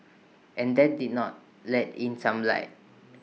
and that did not let in some light